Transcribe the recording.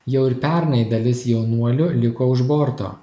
jau ir pernai dalis jaunuolių liko už borto